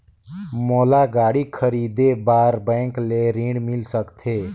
मोला गाड़ी खरीदे बार बैंक ले ऋण मिल सकथे?